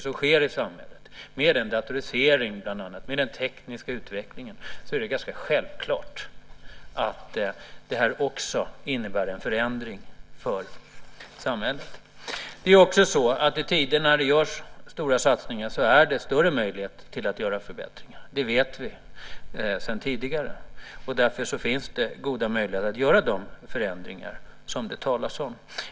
Med den datorisering och annan teknisk utveckling som sker i samhället är det ganska självklart att det innebär en förändring också här. I tider när det görs stora satsningar är också möjligheterna att göra förbättringar större. Det vet vi sedan tidigare. Därför finns det nu goda möjligheter att göra de förändringar som det talas om.